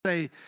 say